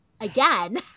again